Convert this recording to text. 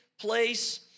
place